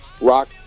rock